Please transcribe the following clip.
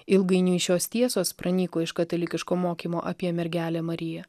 ilgainiui šios tiesos pranyko iš katalikiško mokymo apie mergelę mariją